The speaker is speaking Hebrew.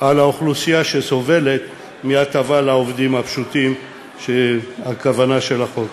לאוכלוסייה שסובלת מהטבה לעובדים הפשוטים שהכוונה של החוק